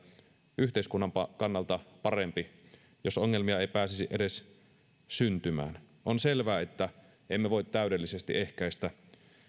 yhteiskunnan kannalta parempi jos ongelmia ei pääsisi edes syntymään on selvää että emme voi täydellisesti ehkäistä